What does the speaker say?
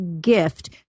gift